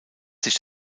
sich